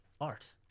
art